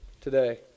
today